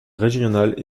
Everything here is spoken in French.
régional